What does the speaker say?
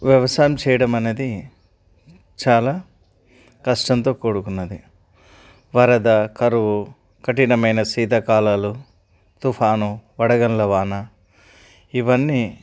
వ్యవసాయం చేయడం అనేది చాలా కష్టంతో కూడుకున్నది వరద కరువు కఠినమైన శీతాకాలాలు తుఫాను వడగండ్ల వాన ఇవన్నీ